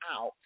out